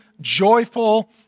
joyful